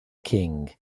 king